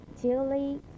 chili